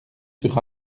sur